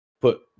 Put